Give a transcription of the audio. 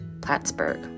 Plattsburgh